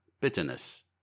bitterness